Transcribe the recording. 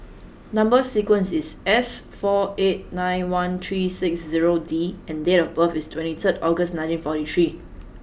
number sequence is S four eight nine one three six zero D and date of birth is twenty third August nineteen forty three